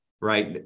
right